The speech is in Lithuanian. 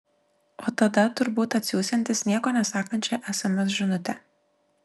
o tada turbūt atsiųsiantis nieko nesakančią sms žinutę